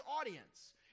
audience